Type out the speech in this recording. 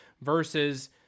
versus